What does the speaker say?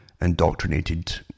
indoctrinated